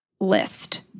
list